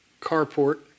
carport